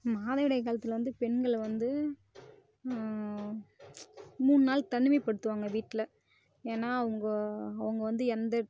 மாதவிடாய் காலத்தில் வந்து பெண்கள் வந்து மூணு நாள் தனிமைபடுத்துவாங்க வீட்டில் ஏன்னா அவங்க அவங்க வந்து எந்த